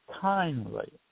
kindly